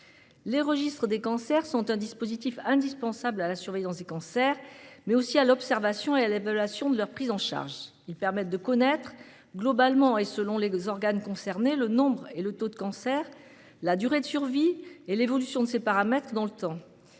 Les registres des cancers sont un dispositif indispensable à la surveillance des cancers, mais aussi à l'observation et à l'évaluation de leur prise en charge. Ils permettent de connaître, globalement et selon les organes concernés, le nombre et le taux de cancers, la durée de survie, et l'évolution de ces paramètres dans le temps.